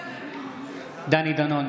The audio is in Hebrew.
נגד דני דנון,